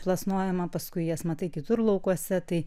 plasnojimą paskui jas matai kitur laukuose tai